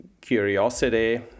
curiosity